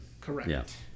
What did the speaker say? Correct